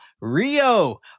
Rio